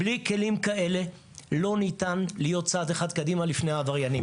בלי כלים כאלה לא ניתן להיות צעד אחד קדימה לפני העבריינים.